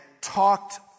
talked